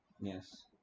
Yes